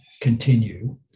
continue